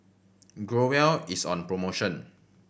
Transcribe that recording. Growell is on promotion